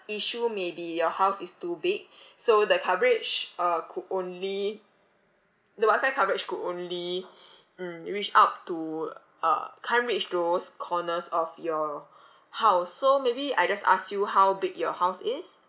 issue may be your house is too big so the coverage uh could only the wifi coverage could only mm reach up to uh can't reach those corners of your house so maybe I just ask you how big your house is